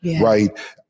right